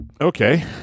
Okay